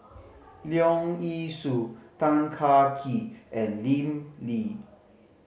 Leong Yee Soo Tan Kah Kee and Lim Lee